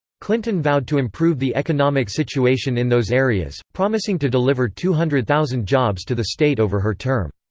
clinton vowed to improve the economic situation in those areas, promising to deliver two hundred thousand jobs to the state over her term.